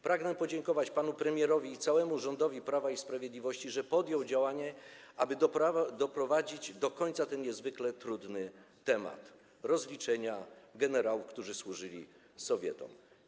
Pragnę podziękować panu premierowi i całemu rządowi Prawa i Sprawiedliwość, że podjęli działanie, aby doprowadzić do końca ten niezwykle trudny temat - rozliczenie generałów, którzy służyli Sowietom.